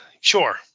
Sure